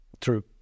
True